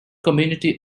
community